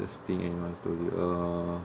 nicest thing anyone told you uh